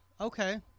okay